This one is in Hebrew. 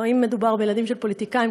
ואם מדובר בילדים של פוליטיקאים,